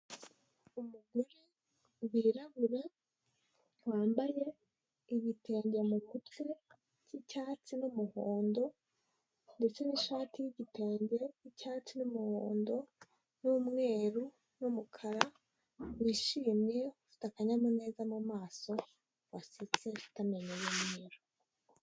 Umugore wirabura, wambaye ibitenge mu mutwe k'icyatsi n'umuhondo ndetse n'ishati y'igitembe y'icyatsi n'umuhondo n'umweru n'umukara, wishimye ufite akanyamuneza mu maso wasetse ufite amenyo y'umweru.